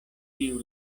tiu